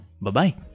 Bye-bye